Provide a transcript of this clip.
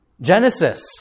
Genesis